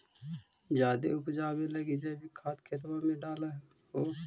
जायदे उपजाबे लगी जैवीक खाद खेतबा मे डाल हो?